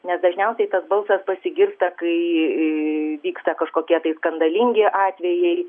nes dažniausiai tas balsas pasigirsta kai vyksta kažkokie tai skandalingi atvejai